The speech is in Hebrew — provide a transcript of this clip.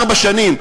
ארבע שנים.